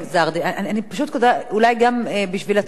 אולי גם בשביל הצופים בבית,